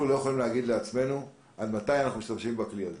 לא יכולים להגיד לעצמנו עד מתי אנחנו נשתמש בכלי הזה.